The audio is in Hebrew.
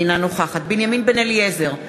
אינה נוכחת בנימין בן-אליעזר,